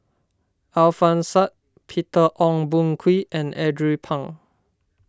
Alfian Sa'At Peter Ong Boon Kwee and Andrew Phang